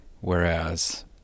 whereas